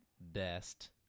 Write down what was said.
best